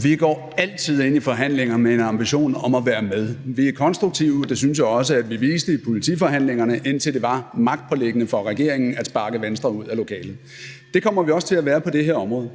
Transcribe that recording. (V): Vi går altid ind i forhandlinger med en ambition om at være med. Vi er konstruktive, og det synes jeg også vi viste i politiforhandlingerne, indtil det var magtpåliggende for regeringen at sparke Venstre ud af lokalet. Det kommer vi også til at være på det her område.